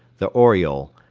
the oriol,